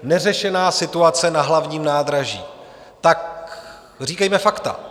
Neřešená situace na Hlavním nádraží říkejme fakta.